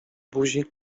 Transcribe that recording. buzi